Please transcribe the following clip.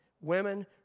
Women